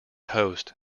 host